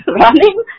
running